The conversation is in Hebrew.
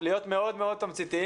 להיות מאוד מאוד תמציתיים.